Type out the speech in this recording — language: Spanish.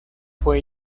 fue